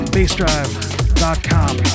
BassDrive.com